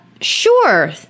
sure